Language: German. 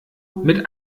mit